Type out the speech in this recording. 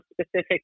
specific